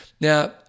now